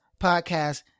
podcast